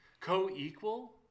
co-equal